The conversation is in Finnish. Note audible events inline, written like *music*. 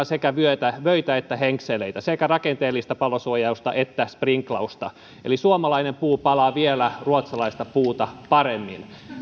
*unintelligible* sekä vöitä että henkseleitä sekä rakenteellista palosuojausta että sprinklausta eli suomalainen puu palaa vielä ruotsalaista puuta paremmin